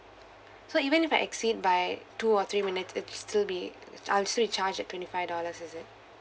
so even if I exceed by two or three minutes it's still be ah still be charged at twenty five dollars is it